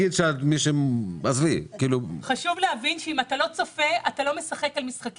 חשוב להבין שמי שלא צופה לא יהמר.